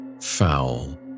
Foul